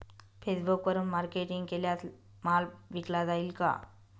फेसबुकवरुन मार्केटिंग केल्यास माल विकला जाईल का?